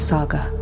Saga